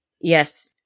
Yes